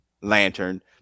lantern